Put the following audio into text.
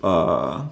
uh